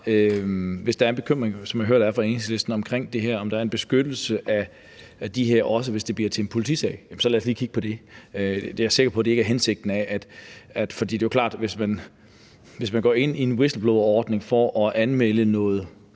kan der være, som jeg hører det fra Enhedslisten, en bekymring omkring det her med, om der er en beskyttelse af dem, også hvis det bliver til en politisag. Så lad os lige kigge på det. Jeg er sikker på, at det ikke er hensigten med det. Det er jo klart, at hvis man går ind i en whistleblowerordning for at anmelde noget